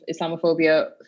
Islamophobia